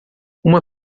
uma